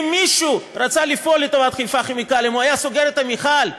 אם מישהו רצה לפעול לטובת חיפה כימיקלים הוא היה סוגר את המכל?